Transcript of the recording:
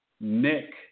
Nick